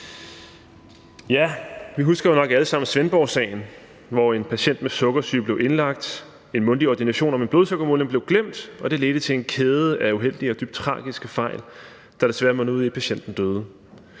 det. Vi husker jo nok alle sammen Svendborgsagen, hvor en patient med sukkersyge blev indlagt. En mundtlig ordination om en blodsukkermåling blev glemt, og det ledte til en kæde af uheldige og dybt tragiske fejl, der desværre mundede ud i, at patienten døde,